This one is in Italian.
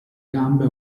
gambe